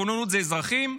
הכוננות היא אזרחים,